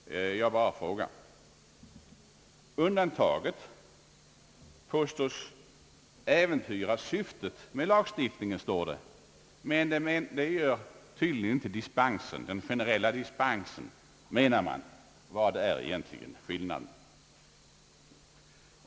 Jag bara frågar. Undantaget äventyrar syftet med lagstiftningen, står det, men det gör tydligen inte den generella dispensen, menar man. Vad är egentligen skillnaden?